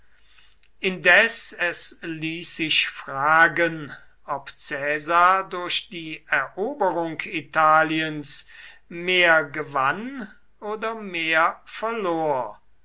indes es ließ sich fragen ob caesar durch die eroberung italiens mehr gewann oder mehr verlor